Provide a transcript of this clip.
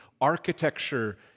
architecture